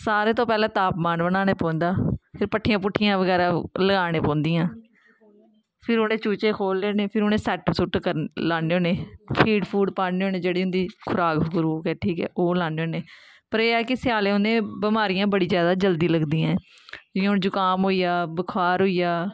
सारें तो पैह्लें तापमान बनाने पौंदा फ्ही भट्ठियां भुट्ठियां बगैरा लाना पौंदियां फिर उ'नें चूचें गी खोलने होन्ने फिर उ'नेंगी सैट्ट सुट्ट करने लान्ने होन्ने फीड फूड पाने होने जेह्ड़ी उं'दी खराक खरूक ऐ ठीक ऐ ओह् लान्ने होन्ने पर एह् ऐ कि स्यालें उ'नेंगी बमारियां बड़ी जादा जल्दी लगदियां ऐ जियां हून जुकाम होई गेआ बुखार होई गेआ